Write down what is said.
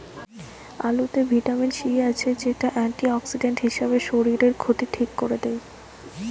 আলুতে vitamin C আছে, যেটা অ্যান্টিঅক্সিডেন্ট হিসাবে শরীরের ক্ষতি ঠিক কোরে দেয়